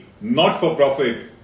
not-for-profit